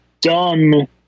done